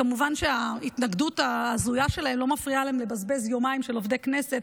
כמובן שההתנגדות ההזויה שלהם לא מפריעה להם לבזבז יומיים של עובדי כנסת,